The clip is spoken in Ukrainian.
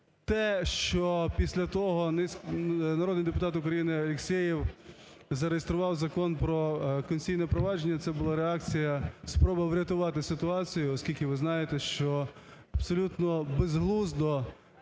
те, що після того народний депутат України Алексєєв зареєстрував Закон про конституційне провадження, це була реакція, спроба врятувати ситуацію, оскільки ви знаєте, що абсолютно безглуздо